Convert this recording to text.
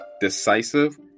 decisive